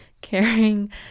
caring